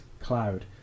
Cloud